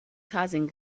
causing